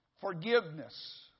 Forgiveness